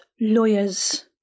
lawyers